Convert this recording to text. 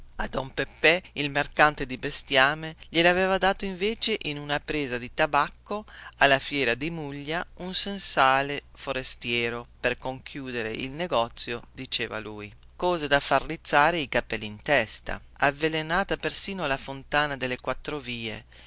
a don pepè il mercante di bestiame glielavevano dato invece in una presa di tabacco alla fiera di muglia un sensale forestiero per conchiudere il negozio diceva lui cose da far rizzare i capelli in testa avvelenata persino la fontana delle quattro vie